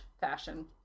fashion